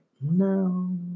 No